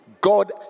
God